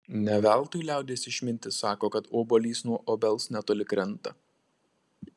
ne veltui liaudies išmintis sako kad obuolys nuo obels netoli krenta